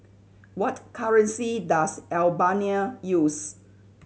what currency does Albania use